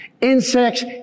insects